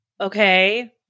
okay